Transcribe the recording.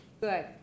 good